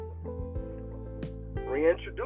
reintroduce